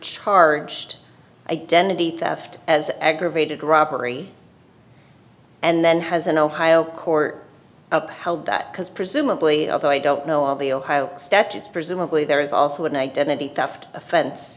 charged identity theft as aggravated robbery and then has an ohio court upheld that because presumably although i don't know of the ohio statutes presumably there is also an identity theft offense